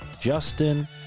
justin